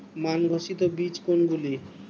মান ঘোষিত বীজ কোনগুলি?